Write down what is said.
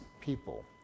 people